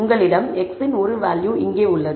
உங்களிடம் x இன் ஒரு வேல்யூ இங்கே உள்ளது